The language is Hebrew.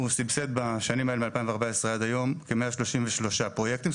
הוא סבסד בשנים מ-2014 ועד היום כ-133 פרויקטים.